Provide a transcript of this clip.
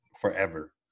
forever